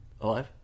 Alive